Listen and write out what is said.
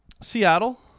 Seattle